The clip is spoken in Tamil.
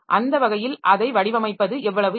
அந்த வகையில் அதை வடிவமைப்பது எவ்வளவு எளிது